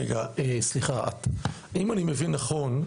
אם אני מבין נכון,